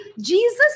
Jesus